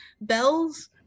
Bells